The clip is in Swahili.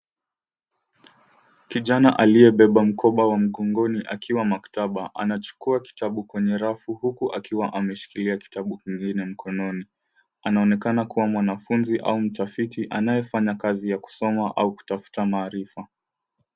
Kijana aliyebeba mkoba wa mgongoni akiwa maktaba. Anachukua kitabu kwenye rafu huku akiwa ameshikilia kitabu kingine mkononi. Anaonekana kuwa mwanafunzi au mtafiti anayefanya kazi ya kusoma au kutafuta maarifa.